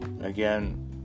Again